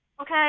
okay